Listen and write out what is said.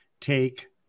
take